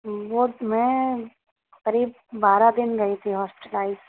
بہت میں قریب بارہ دن رہی تھی ہاسپٹلائز